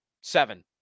Seven